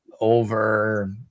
over